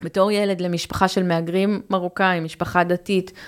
בתור ילד למשפחה של מהגרים מרוקאים, משפחה דתית.